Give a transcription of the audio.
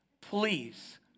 Please